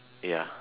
ya